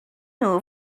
nhw